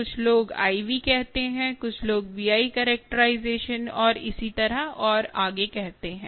कुछ लोग IV कहते हैं कुछ लोग VI कैरेक्टराइजेशन और इसी तरह और आगे कहते हैं